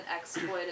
exploited